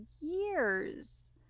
years